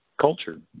culture